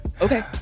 okay